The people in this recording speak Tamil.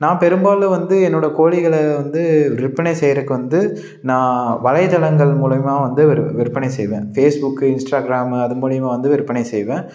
நான் பெரும்பாலும் வந்து என்னோடய கோழிகளை வந்து விற்பனை செய்யிறதுக்கு வந்து நான் வலைத்தளங்கள் மூலிமா வந்து விற் விற்பனை செய்வேன் ஃபேஸ்புக்கு இன்ஸ்டாகிராமு அது மூலிமா வந்து விற்பனை செய்வேன்